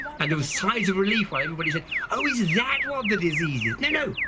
and there was signs of relief, while everybody said oh is that what the disease is. no,